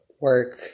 work